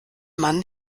mann